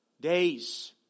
days